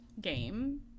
game